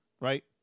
right